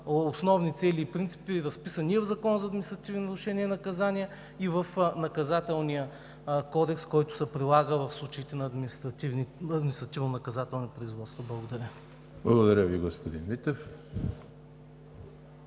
основни цели и принципи, разписани и в Закона за административните нарушения и наказания, и в Наказателния кодекс, който се прилага в случаите на административнонаказателни производства? Благодаря. ПРЕДСЕДАТЕЛ ЕМИЛ